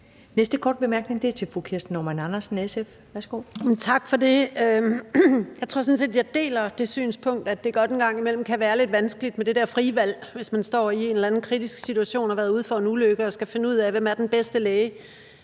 SF. Værsgo. Kl. 20:02 Kirsten Normann Andersen (SF): Tak for det. Jeg tror sådan set, at jeg deler det synspunkt, at det godt en gang imellem kan være lidt vanskeligt med det der frie valg, hvis man står i en eller anden kritisk situation og har været ude for en ulykke og skal finde ud af, hvem den bedste læge